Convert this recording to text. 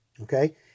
Okay